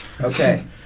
Okay